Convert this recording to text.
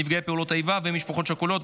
נפגעי פעולות איבה ומשפחות שכולות),